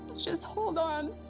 just hold on,